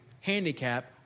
handicap